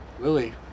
Lily